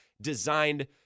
designed